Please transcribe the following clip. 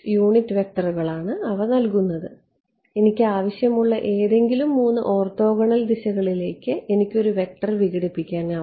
unit വെക്റ്ററുകളാണ് അവ നൽകുന്നത് എനിക്ക് ആവശ്യമുള്ള ഏതെങ്കിലും 3 ഓർത്തോഗണൽ ദിശകളിലേക്ക് എനിക്ക് ഒരു വെക്റ്റർ വിഘടിപ്പിക്കാൻ കഴിയും